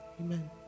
amen